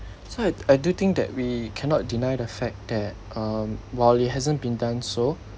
so I I do think that we cannot deny the fact that um while it hasn't been done so